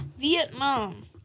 Vietnam